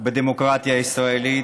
בדמוקרטיה הישראלית.